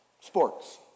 Sports